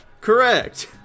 Correct